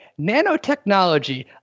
nanotechnology